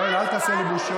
יואל, אל תעשה לי בושות.